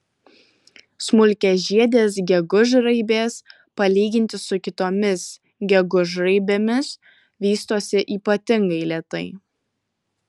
smulkiažiedės gegužraibės palyginti su kitomis gegužraibėmis vystosi ypatingai lėtai